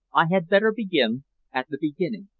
i had better begin at the beginning.